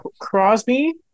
Crosby